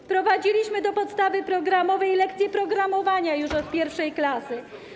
Wprowadziliśmy do podstawy programowej lekcje programowania już od I klasy.